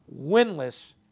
Winless